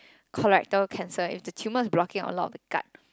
colorectal cancer if the tumour is blocking a lot of the gut